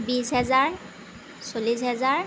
বিশ হেজাৰ চল্লিছ হেজাৰ